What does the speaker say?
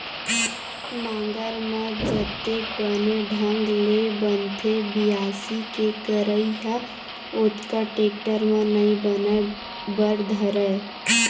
नांगर म जतेक बने ढंग ले बनथे बियासी के करई ह ओतका टेक्टर म नइ बने बर धरय